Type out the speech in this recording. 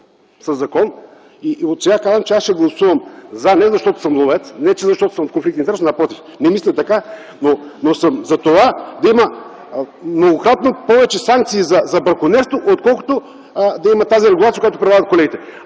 със закон. Отсега казвам, че ще гласувам „за” не защото съм ловец, не защото съм в конфликт на интереси, а напротив. Аз съм за това да има многократно повече санкции за бракониерството, отколкото да я има тази регулация, която предлагат колегите.